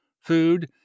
food